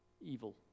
evil